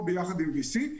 או ביחד עם V.C,